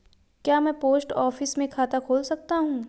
क्या मैं post office में खाता खोल सकता हूँ?